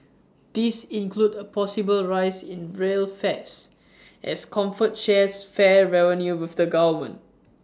these include A possible rise in rail fares as comfort shares fare revenue with the government